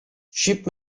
ship